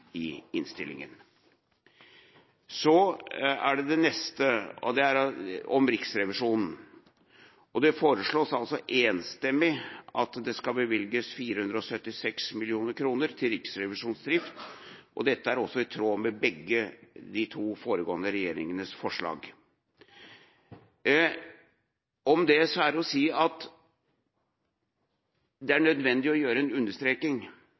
Det neste er om Riksrevisjonen. Det foreslås enstemmig at det skal bevilges 476 mill. kr til Riksrevisjonens drift, og dette er i tråd med begge regjeringenes forslag. Om det er det å si at det er nødvendig å gjøre en understreking,